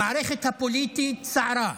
המערכת הפוליטית סערה.